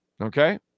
Okay